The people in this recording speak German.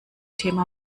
thema